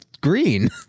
green